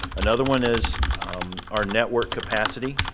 another one is our network capacity,